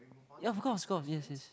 ya of course course yes yes